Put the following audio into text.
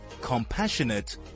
compassionate